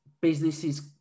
businesses